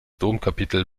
domkapitel